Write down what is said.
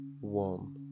one